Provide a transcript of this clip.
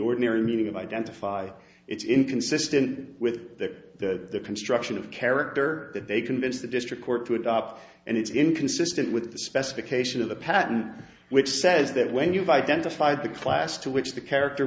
ordinary meaning of identify it's inconsistent with the construction of character that they convince the district court to adopt and it's inconsistent with the specification of the patent which says that when you've identified the class to which the character